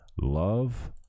love